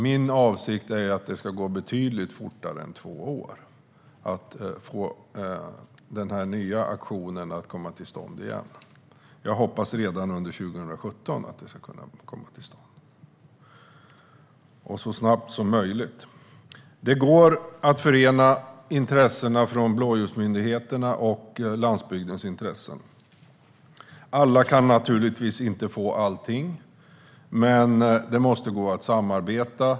Min avsikt är att det ska gå betydligt fortare än två år att få till stånd den nya auktionen. Jag hoppas att den ska kunna komma till stånd redan under 2017, så snabbt som möjligt. Det går att förena blåljusmyndigheternas intressen och landsbygdens intressen. Alla kan naturligtvis inte få allting, men det måste gå att samarbeta.